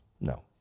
No